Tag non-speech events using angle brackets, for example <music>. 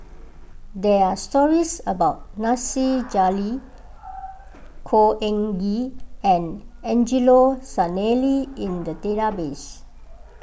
there are stories about Nasir <noise> Jalil Khor Ean Ghee and Angelo Sanelli in the database